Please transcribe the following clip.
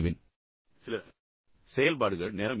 எனவே சில செயல்பாடுகள் நேரம் எடுக்கும்